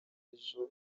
ejo